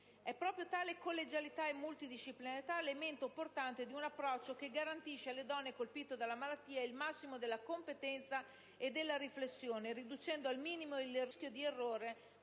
È proprio tale collegialità e multidisciplinarietà l'elemento portante di un approccio che garantisce alle donne colpite dalla malattia il massimo della competenza e della riflessione, riducendo al minimo il rischio di errore